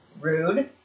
rude